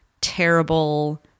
terrible